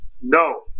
No